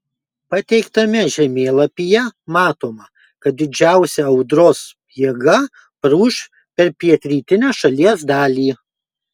pateiktame žemėlapyje matoma kad didžiausia audros jėga praūš per pietrytinę šalies dalį